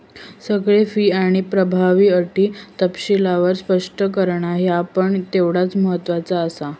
सगळे फी आणि प्रभावी अटी तपशीलवार स्पष्ट करणा ह्या पण तेवढाच महत्त्वाचा आसा